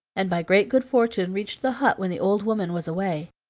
and by great good fortune reached the hut when the old woman was away.